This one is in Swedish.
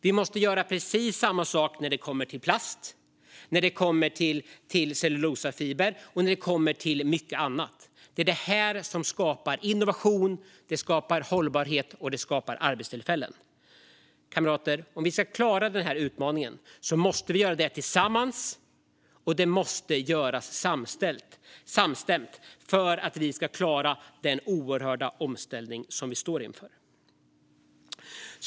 Vi måste göra precis samma sak när det gäller plast, cellulosafiber och mycket annat. Detta skapar innovation, hållbarhet och arbetstillfällen. Kamrater! Om vi ska klara den här utmaningen måste vi göra det tillsammans, och det måste göras samstämt för att vi ska klara den oerhörda omställning som vi står inför.